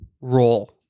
role